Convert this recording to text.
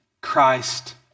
Christ